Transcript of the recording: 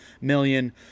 million